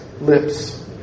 lips